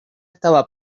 estaba